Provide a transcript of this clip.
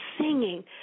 singing